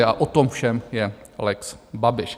A o tom všem je lex Babiš.